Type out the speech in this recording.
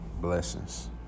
Blessings